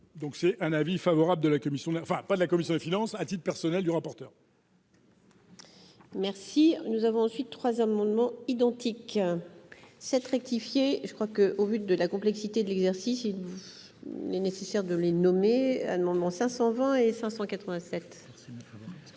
donc c'est un avis favorable de la commission est enfin pas de la commission des finances à titre personnel du rapporteur. Merci, nous avons ensuite 3 amendements identiques cette rectifié, je crois que, au vu de la complexité de l'exercice, les nécessaire de les nommer à ce moment 520 et 587.